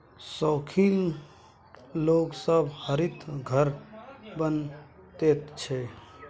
शौखीन लोग सब हरित घर बनबैत छै